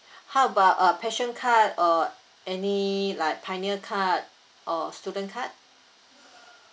how about uh passion card or any like pioneer card or student card